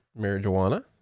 marijuana